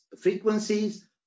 frequencies